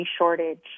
shortage